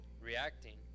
reacting